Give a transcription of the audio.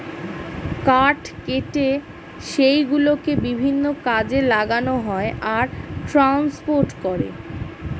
কাঠ কেটে সেই গুলোকে বিভিন্ন কাজে লাগানো হয় আর ট্রান্সপোর্ট করে